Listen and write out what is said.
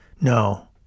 No